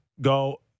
go